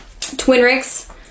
Twinrix